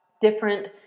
different